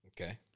Okay